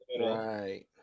Right